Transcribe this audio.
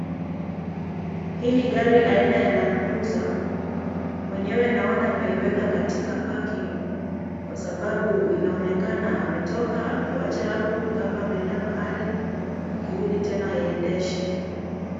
Hili gari aina ya land cruiser mwenyewe naona amieweka katika parking kwa sababu inaonekana ametoka ameiwacha hapo nikama ameenda mahali akirudi tena aiendeshe.